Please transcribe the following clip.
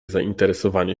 zainteresowanie